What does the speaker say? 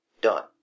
done